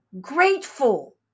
grateful